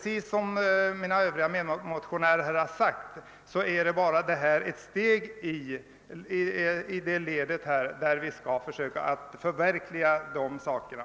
Liksom mina medmotionärer här har sagt innebär detta bara ett steg i riktning mot att söka förverkliga jämlikhet i anställningsförhållandena.